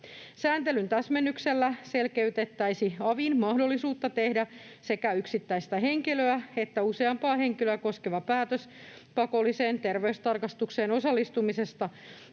Sääntelyn täsmennyksellä selkeytettäisiin avin mahdollisuutta tehdä sekä yksittäistä henkilöä että useampaa henkilöä koskeva päätös pakolliseen terveystarkastukseen osallistumisesta.